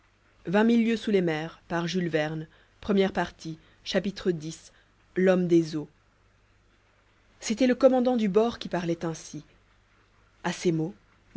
x l'homme des eaux c'était le commandant du bord qui parlait ainsi a ces mots